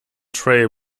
trail